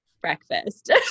breakfast